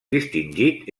distingit